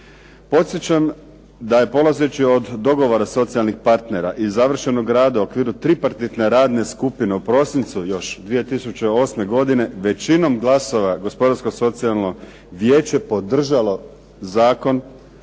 Podsjećam da je polazeći od dogovora socijalnih partnera i završenog rada u okviru tripartitne radne skupine u prosincu još 2008. godine većinom glasova Gospodarsko socijalno vijeće podržalo zakon,